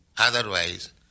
Otherwise